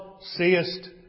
seest